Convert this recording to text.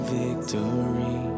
victory